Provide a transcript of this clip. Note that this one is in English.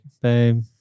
babe